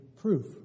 proof